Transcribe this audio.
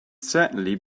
certainly